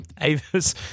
Avis